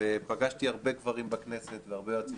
ופגשתי הרבה גברים בכנסת והרבה יועצים